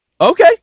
Okay